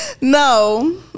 No